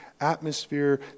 atmosphere